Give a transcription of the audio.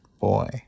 boy